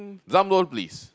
drum roll please